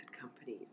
companies